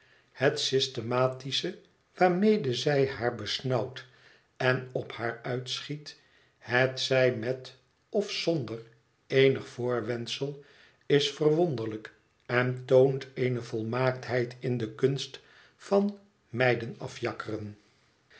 het systematische waarmede zij haar besnauwt en op haar uitschiet hetzij met of zonder eenig voorwendsel is verwonderlijk en toont eene volmaaktheid in de kunst van meiden afjakkeren